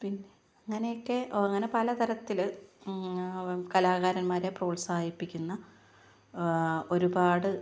പിന്നെ അങ്ങനെയൊക്കെ അങ്ങനെ പലതരത്തിൽ കലാകാരന്മാരെ പ്രോത്സാഹിപ്പിക്കുന്ന ഒരുപാട്